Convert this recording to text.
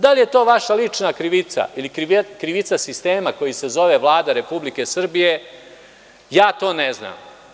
Da li je to vaša lična krivica ili krivica sistema koji se zove Vlada Republike Srbije, ja to ne znam.